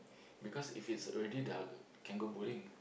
because if it's already dark can go bowling